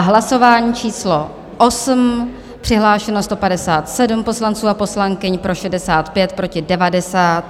Hlasování číslo 8, přihlášeno 157 poslanců a poslankyň, pro 65, proti 90.